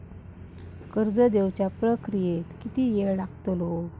कर्ज देवच्या प्रक्रियेत किती येळ लागतलो?